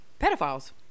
pedophiles